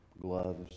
gloves